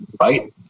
right